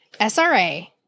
SRA